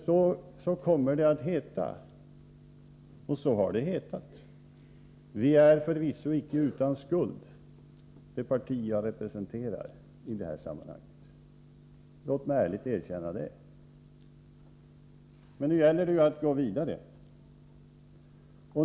Men så kommer det att heta och så har det hetat. Det parti jag representerar är förvisso inte utan skuld i det sammanhanget, låt mig ärligt erkänna det. Men nu gäller det att gå vidare.